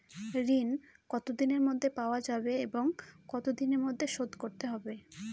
ঋণ কতদিনের মধ্যে পাওয়া যাবে এবং কত দিনের মধ্যে পরিশোধ করতে হবে?